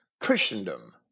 Christendom